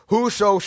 Whoso